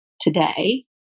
today